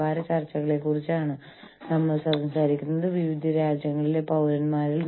ദ്രുതഗതിയിലുള്ള വികസനം പുതിയ സാങ്കേതികവിദ്യയുടെ കൈമാറ്റം